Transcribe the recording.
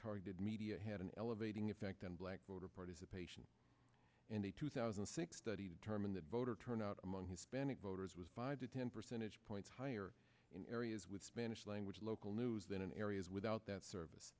targeted media had an elevating effect on black voter participation in the two thousand and six study determine that voter turnout among hispanic voters was by the ten percentage points higher in areas with spanish language local news than areas without that service